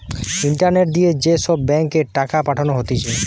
internet দিয়ে যে সব ব্যাঙ্ক এ টাকা পাঠানো হতিছে